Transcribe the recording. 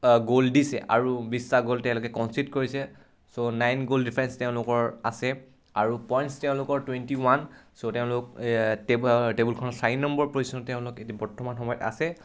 গ'ল দিছে আৰু বিশটা গ'ল তেওঁলোকে কনচিট কৰিছে চ' নাইন গ'ল ডিফাৰেঞ্চ তেওঁলোকৰ আছে আৰু পইণ্টছ তেওঁলোকৰ টুৱেণ্টি ৱান ছ' তেওঁলোক টেবুলখনৰ চাৰি নম্বৰ প্ৰজিচ্যনত তেওঁলোক এতিয়া বৰ্তমান সময়ত আছে